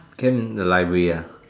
camp in the library ah